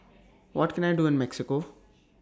What Can I Do in Mexico